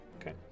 Okay